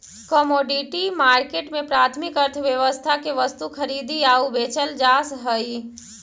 commodity market में प्राथमिक अर्थव्यवस्था के वस्तु खरीदी आऊ बेचल जा हइ